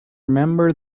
remember